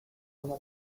una